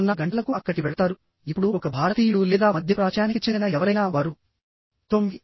50 గంటలకు అక్కడికి వెళతారు ఇప్పుడు ఒక భారతీయుడు లేదా మధ్యప్రాచ్యానికి చెందిన ఎవరైనా వారు 9